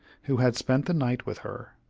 who had spent the night with her.